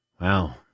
Wow